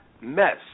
mess